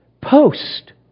Post